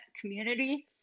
community